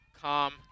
calm